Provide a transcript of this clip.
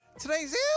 Today's